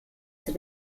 sie